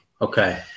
Okay